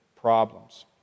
problems